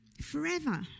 forever